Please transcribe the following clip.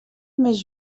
més